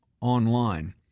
online